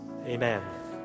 Amen